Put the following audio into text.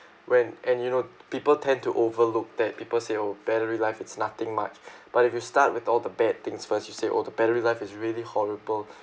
when and you know people tend to overlook that people say oh battery life is nothing much but if you start with all the bad things first you say oh the battery life is really horrible